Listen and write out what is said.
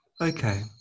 Okay